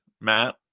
matt